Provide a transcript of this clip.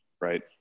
right